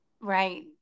Right